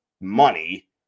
money